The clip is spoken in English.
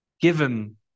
given